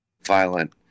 violent